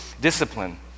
discipline